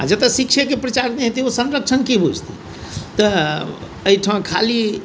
आओर जतऽ शिक्षेके प्रचार नहि हेतै ओ सँरक्षण कि बुझतै तऽ एहिठाम खाली